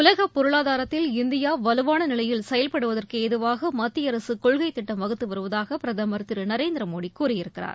உலகப் பொருளாதாரத்தில் இந்தியா வலுவான நிலையில் செயல்படுவதற்கு ஏதுவாக மத்திய அரசு கொள்கை திட்டம் வகுத்து வருவதாக பிரதமர் திரு நரேந்திர மோடி கூறியிருக்கிறார்